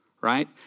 right